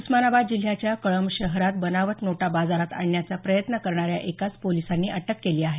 उस्मानाबाद जिल्ह्याच्या कळंब शहरात बनावट नोटा बाजारात आणण्याचा प्रयत्न करणाऱ्या एकास पोलिसांनी अटक केली आहे